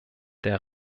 der